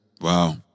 Wow